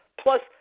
Plus